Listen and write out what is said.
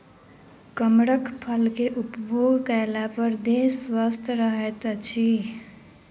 कमरख फल के उपभोग कएला पर देह स्वस्थ रहैत अछि